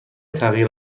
تغییر